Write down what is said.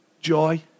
joy